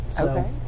Okay